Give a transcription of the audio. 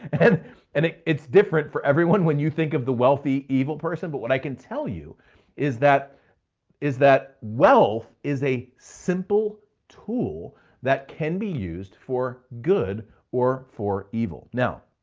and and it's different for everyone when you think of the wealthy, evil person. but what i can tell you is that is that wealth is a simple tool that can be used for good or for evil. now,